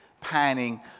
panning